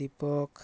Deepak